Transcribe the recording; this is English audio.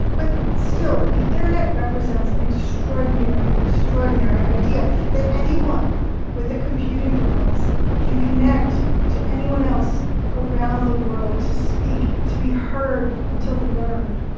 but still the internet represents an extraordinary, extraordinary idea that anyone with a computing device can connect to anyone else around the world to speak, to be heard, and to learn.